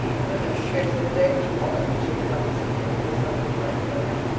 and then there was scarcely a day which followed that she did not see him or was not reminded of him.